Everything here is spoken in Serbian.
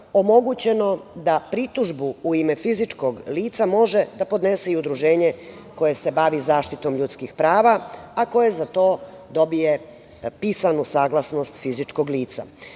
omogućeno da pritužbu u ime fizičkog lica može da podnese i udruženje koje se bavi zaštitom ljudskih prava, a koje za to dobije pisanu saglasnost fizičkog lica. Dobro